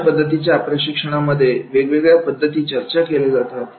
अशा पद्धतीच्या प्रशिक्षणामध्ये वेगवेगळ्या पद्धती चर्चा केल्या जातात